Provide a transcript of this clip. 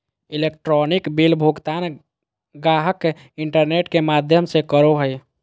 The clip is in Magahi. इलेक्ट्रॉनिक बिल भुगतान गाहक इंटरनेट में माध्यम से करो हइ